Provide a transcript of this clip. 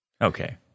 Okay